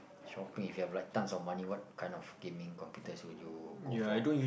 shopping if you have like tonnes of money what kind of gaming computers would you go for